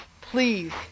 please